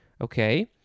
Okay